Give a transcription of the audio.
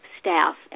staff